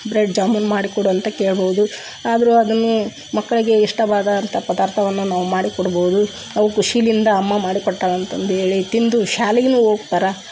bread jamun ಮಾಡಿ ಕೊಡು ಅಂತ ಕೇಳ್ಬೌದು ಆದರೂ ಅದನ್ನೂ ಮಕ್ಕಳಿಗೆ ಇಷ್ಟವಾದಂಥ ಪದಾರ್ಥವನ್ನು ನಾವು ಮಾಡಿ ಕೊಡ್ಬೋದು ಅವು ಖುಷಿಲಿಂದ ಅಮ್ಮ ಮಾಡಿ ಕೊಟ್ಟಾಳ ಅಂತಂದು ಹೇಳಿ ತಿಂದು ಶಾಲೆಗೂನು ಹೋಗ್ತಾರ